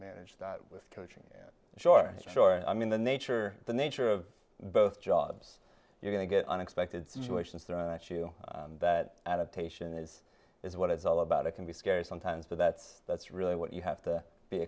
manage that with coaching sure sure i mean the nature the nature of both jobs you're going to get unexpected situations thrown at you that adaptation is is what it's all about it can be scary sometimes but that's that's really what you have to be